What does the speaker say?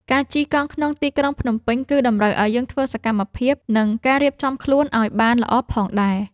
ការជិះកង់ក្នុងទីក្រុងភ្នំពេញ គឺតម្រូវឲ្យយើងធ្វើសកម្មភាព និងការរៀបចំខ្លួនឲ្យបានល្អផងដែរ។